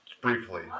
briefly